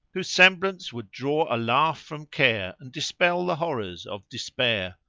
whose semblance would draw a laugh from care and dispel the horrors of despair.